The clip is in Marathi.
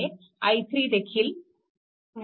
i3 देखील 0